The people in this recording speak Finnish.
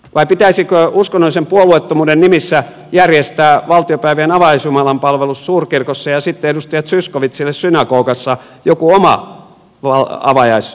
vai pitäisikö uskonnollisen puolueettomuuden nimissä järjestää valtiopäivien avajaisjumalanpalvelus suurkirkossa ja sitten edustaja zyskowiczille synagogassa jokin oma avajaispalvelu